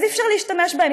אז אי-אפשר להשתמש בהם.